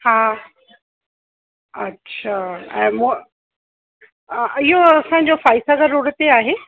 अच्छा ऐं मो इहो असांजो फाई सागर रोड ते आहे